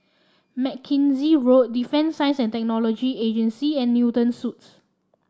Mackenzie Road Defence Science and Technology Agency and Newton Suites